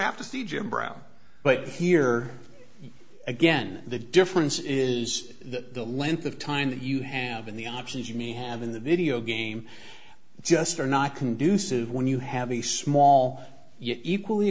have to see jim brown but here again the difference is the length of time that you have in the options you may have in the video game just are not conducive when you have a small yet equally